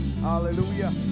hallelujah